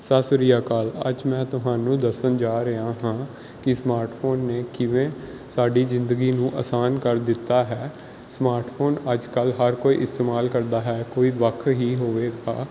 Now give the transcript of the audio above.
ਸਤਿ ਸ਼੍ਰੀ ਅਕਾਲ ਅੱਜ ਮੈਂ ਤੁਹਾਨੂੰ ਦੱਸਣ ਜਾ ਰਿਹਾ ਹਾਂ ਕਿ ਸਮਾਰਟਫੋਨ ਨੇ ਕਿਵੇਂ ਸਾਡੀ ਜ਼ਿੰਦਗੀ ਨੂੰ ਆਸਾਨ ਕਰ ਦਿੱਤਾ ਹੈ ਸਮਾਰਟਫੋਨ ਅੱਜ ਕੱਲ੍ਹ ਹਰ ਕੋਈ ਇਸਤੇਮਾਲ ਕਰਦਾ ਹੈ ਕੋਈ ਵੱਖ ਹੀ ਹੋਵੇਗਾ